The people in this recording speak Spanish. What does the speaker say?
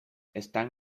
están